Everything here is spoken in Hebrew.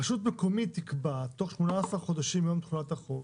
רשות מקומית תקבע תוך 18 חודשים מיום תחולת החוק.